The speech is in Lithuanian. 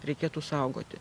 reikėtų saugoti